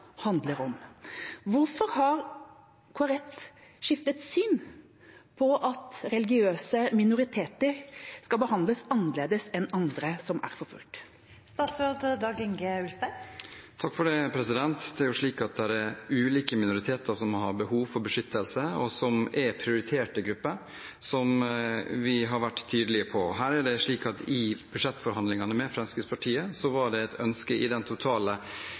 handler om. Hvorfor har Kristelig Folkeparti skiftet syn på at religiøse minoriteter skal behandles annerledes enn andre som er forfulgt? Det er ulike minoriteter som har behov for beskyttelse, og som er prioriterte grupper, som vi har vært tydelige på. I budsjettforhandlingene med Fremskrittspartiet var det et ønske i den totale